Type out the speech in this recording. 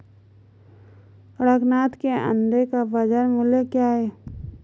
कड़कनाथ के अंडे का बाज़ार मूल्य क्या है?